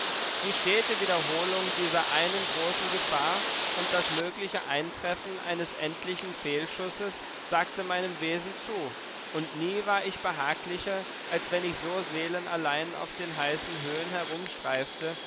die stete wiederholung dieser einen großen gefahr und das mögliche eintreffen eines endlichen fehlschusses sagte meinem wesen zu und nie war ich behaglicher als wenn ich so seelenallein auf den heißen höhen